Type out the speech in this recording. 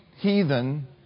heathen